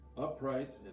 upright